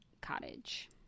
cottage